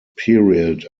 period